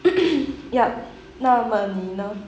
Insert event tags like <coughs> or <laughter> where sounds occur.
<coughs> yup 那么你呢